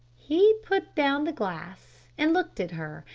he put down the glass, and looked at her,